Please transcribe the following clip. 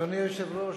אדוני היושב-ראש,